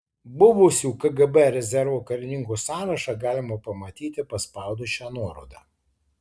buvusių kgb rezervo karininkų sąrašą galima pamatyti paspaudus šią nuorodą